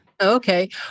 Okay